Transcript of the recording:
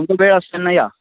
हय तुमका वेळ आसा तेन्ना या